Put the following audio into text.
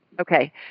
Okay